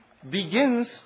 begins